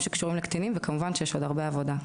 שקשורים לקטינים וכמובן שיש עוד הרבה עבודה.